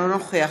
אינו נוכח